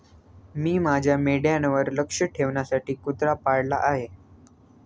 मी माझ्या मेंढ्यांवर लक्ष ठेवण्यासाठी कुत्रा पाळला आहे